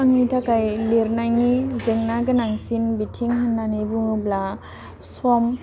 आंनि थाखाय लिरनायनि जेंना गोनांसिन बिथिं होन्नानै बुङोब्ला सम